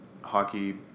hockey